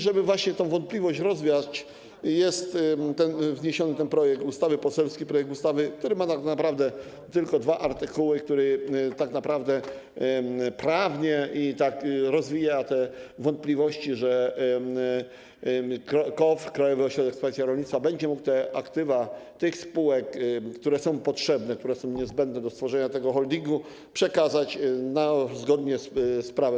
Żeby właśnie tę wątpliwość rozwiać, jest wniesiony ten projekt ustawy, poselski projekt ustawy, który ma tak naprawdę tylko dwa artykuły, który tak naprawdę prawnie rozwija te wątpliwości, że KOWR, Krajowy Ośrodek Wsparcia Rolnictwa, będzie mógł te aktywa tych spółek, które są potrzebne, które są niezbędne do stworzenia tego holdingu, przekazać zgodnie z prawem.